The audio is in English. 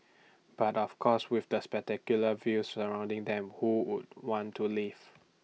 but of course with the spectacular views surrounding them who would want to leave